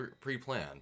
pre-planned